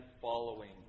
following